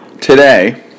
today